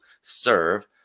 serve